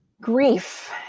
grief